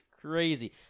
Crazy